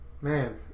man